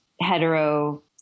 hetero